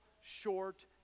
short